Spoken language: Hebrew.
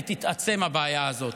היא תתעצם, הבעיה הזאת.